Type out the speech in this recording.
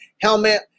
helmet